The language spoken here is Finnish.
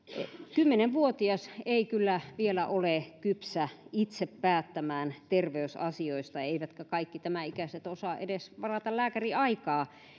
kymmenenvuotias ei kyllä vielä ole kypsä itse päättämään terveysasioistaan eivätkä kaikki tämänikäiset osaa edes varata lääkäriaikaa